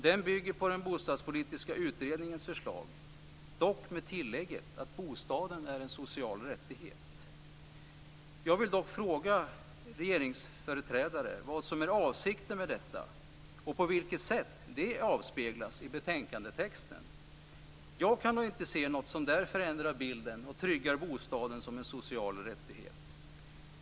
Den bygger på den bostadspolitiska utredningens förslag - dock med tillägget att bostaden är en social rättighet. Jag vill fråga regeringsföreträdare vad som är avsikten med detta och på vilket sätt det avspeglas i betänkandetexten. Jag kan då inte se något som där förändrar bilden och tryggar bostaden som en social rättighet.